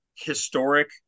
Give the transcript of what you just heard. historic